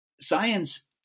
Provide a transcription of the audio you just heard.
science